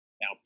Now